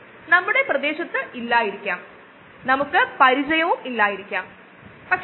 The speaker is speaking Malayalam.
നമ്മൾ എപ്പോഴെല്ലാം ബയോ റിയാക്ടറുകൾ നോക്കുമ്പോഴും ഇത് മനസ്സിൽ സൂക്ഷിക്കേണ്ടതുണ്ട്